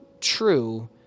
true